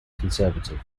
conservative